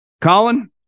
Colin